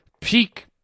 peak